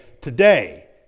today